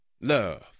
love